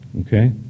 Okay